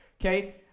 okay